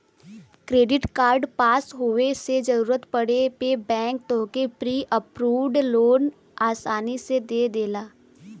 credit card pass होये से जरूरत पड़े पे बैंक तोहके प्री अप्रूव्ड लोन आसानी से दे देला